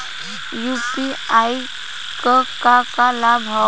UPI क का का लाभ हव?